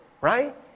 right